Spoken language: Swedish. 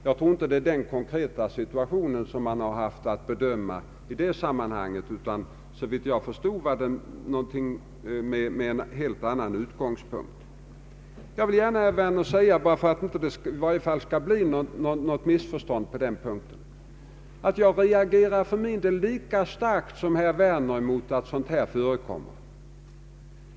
Jag tror inte att det är den konkreta situationen utskottet haft att bedöma, utan såvitt jag förstår var utgångspunkten en helt annan. Jag reagerar lika starkt som herr Werner emot att sådant förekommer.